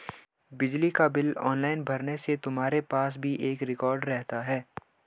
बिजली का bill online भरने से तुम्हारे पास भी एक रिकॉर्ड रहता है